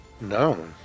No